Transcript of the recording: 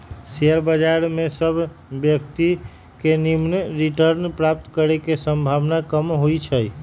share बजार में सभ व्यक्तिय के निम्मन रिटर्न प्राप्त करे के संभावना कम होइ छइ